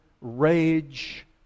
Rage